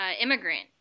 immigrant